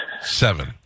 Seven